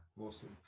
awesome